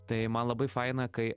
tai man labai faina kai